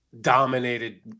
dominated